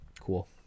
Cool